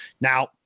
Now